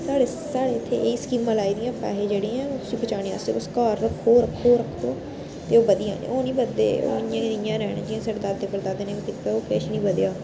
साढ़े साढ़े इत्थे एह् स्कीमां लाई दियां पैहे जेह्ड़े ऐ उसी बचाने आस्तै उसी घर रक्खो रक्खो रक्खो ते ओह् बधी जाने ओह् न बधदे ओह् इ'यां दे इ'यां रैह्ने जियां साढ़े दादे परदादे ने बी कीता ओह् किश नि बधेया